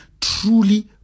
truly